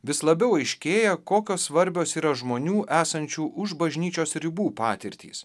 vis labiau aiškėja kokios svarbios yra žmonių esančių už bažnyčios ribų patirtys